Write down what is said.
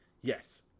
yes